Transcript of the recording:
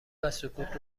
وسکوت